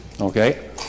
Okay